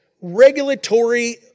regulatory